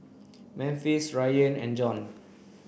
Memphis Rayan and John